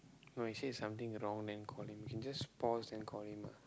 no actually if something wrong then call him we can just pause then call him ah